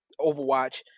Overwatch